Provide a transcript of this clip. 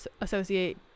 associate